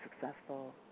successful